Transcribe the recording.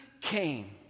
came